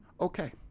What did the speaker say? okay